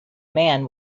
man